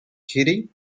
kitty